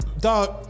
dog